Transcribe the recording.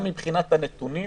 גם מבחינת הנתונים